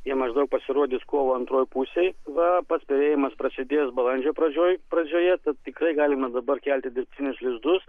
jie maždaug pasirodys kovo antroj pusėj va pats perėjimas prasidės balandžio pradžioj pradžioje tad tikrai galima dabar kelti dirbtinius lizdus